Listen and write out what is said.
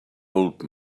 old